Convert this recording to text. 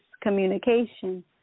communication